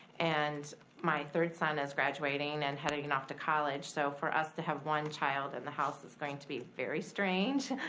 and my third son is graduating and heading and off to college, so for us to have one child in the house is going to be very strange.